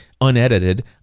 unedited